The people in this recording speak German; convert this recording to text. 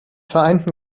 vereinten